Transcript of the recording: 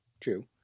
true